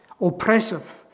oppressive